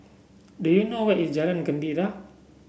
do you know where is Jalan Gembira